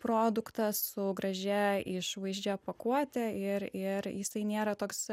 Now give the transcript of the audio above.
produktą su gražia išvaizdžia pakuote ir ir jisai nėra toks